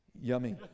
Yummy